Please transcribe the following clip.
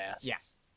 Yes